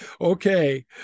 Okay